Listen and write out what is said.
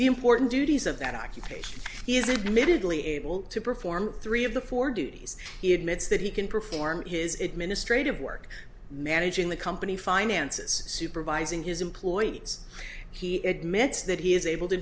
the important duties of that occupation he is admitted lee able to perform three of the four duties he admits that he can perform his administration of work managing the company finances supervising his employees he admits that he is able to